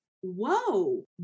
whoa